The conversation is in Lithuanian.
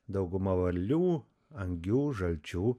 dauguma varlių angių žalčių